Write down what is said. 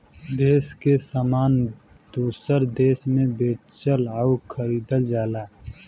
देस के सामान दूसर देस मे बेचल अउर खरीदल जाला